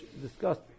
discussed